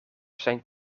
zijn